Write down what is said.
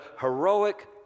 heroic